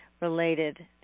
related